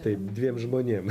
taip dviem žmonėm